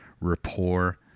rapport